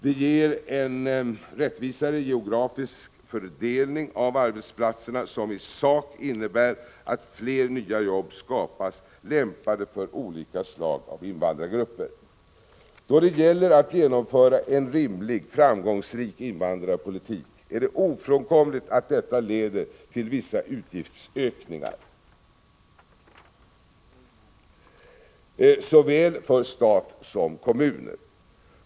Det ger en rättvisare geografisk fördelning av arbetsplatserna, som i sak innebär att fler nya jobb skapas som är lämpade för olika slag av invandrargrupper. Då det gäller att genomföra en rimlig och framgångsrik invandrarpolitik är det ofrånkomligt att detta leder till vissa utgiftsökningar för såväl stat som kommuner.